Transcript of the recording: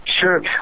sure